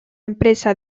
empresa